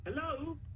Hello